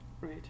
right